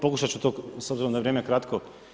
Pokušat ću to s obzirom da je vrijeme kratko.